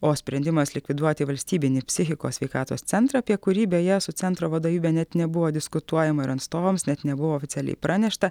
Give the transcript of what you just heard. o sprendimas likviduoti valstybinį psichikos sveikatos centrą apie kurį beje su centro vadovybe net nebuvo diskutuojama ir atstovams net nebuvo oficialiai pranešta